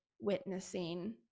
witnessing